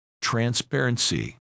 transparency